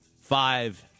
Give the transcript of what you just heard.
five